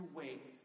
wait